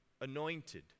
anointed